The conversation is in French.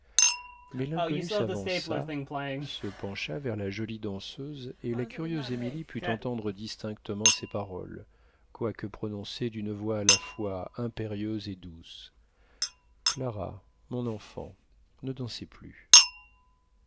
mais l'inconnu s'avança se pencha vers la jolie danseuse et la curieuse émilie put entendre distinctement ces paroles quoique prononcées d'une voix à la fois impérieuse et douce clara mon enfant ne dansez plus